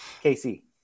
Casey